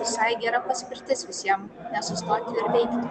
visai gera paspirtis visiem nesustoti veikti